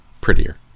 prettier